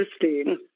Interesting